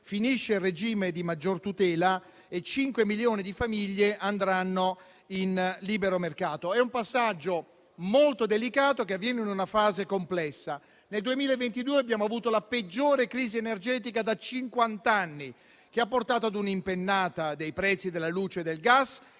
finirà il regime di maggior tutela e 5 milioni di famiglie andranno in libero mercato. È un passaggio molto delicato che avviene in una fase complessa. Nel 2022 abbiamo avuto la peggiore crisi energetica da cinquant'anni, che ha portato ad un'impennata dei prezzi della luce del gas